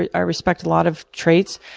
i respect a lot of traits.